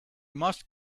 must